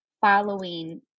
following